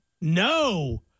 No